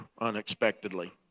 unexpectedly